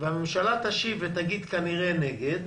והממשלה תשיב ותגיד כנראה נגד,